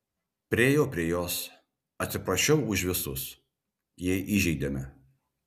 priėjau prie jos atsiprašiau už visus jei įžeidėme